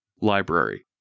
library